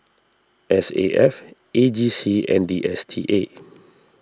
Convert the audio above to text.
S A F A G C and D S T A